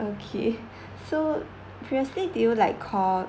okay so previously do you like call